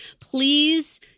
please